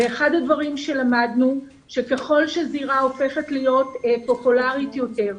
אחד הדברים שלמדנו הוא שככל שזירה הופכת להיות פופולרית יותר,